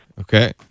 Okay